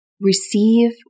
receive